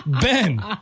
Ben